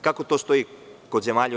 Kako to stoji kod zemalja u EU?